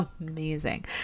amazing